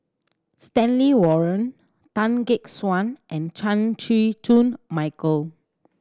Stanley Warren Tan Gek Suan and Chan Chew Koon Michael